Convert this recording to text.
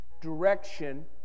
direction